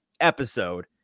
episode